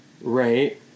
Right